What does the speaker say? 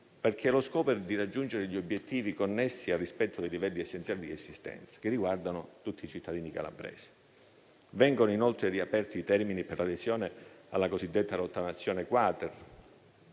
perché lo scopo è quello di raggiungere gli obiettivi connessi al rispetto dei livelli essenziali di assistenza, che riguardano tutti i cittadini calabresi. Vengono inoltre riaperti i termini per l'adesione alla cosiddetta rottamazione *quater*,